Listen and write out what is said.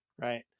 right